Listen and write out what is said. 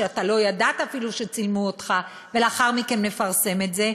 שאתה לא ידעת אפילו שצילמו אותך ולאחר מכן מפרסם את זה,